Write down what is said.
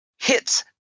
Hits